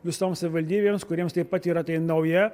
visoms savivaldybėms kuriems taip pat yra tai nauja